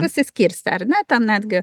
pasiskirstę ar ne ten netgi